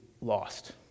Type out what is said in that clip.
lost